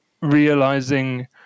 realizing